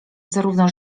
zarówno